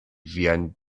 vian